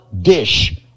dish